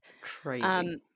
Crazy